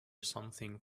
something